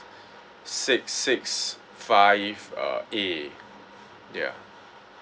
six six five uh A ya